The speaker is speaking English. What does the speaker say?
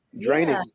draining